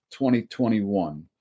2021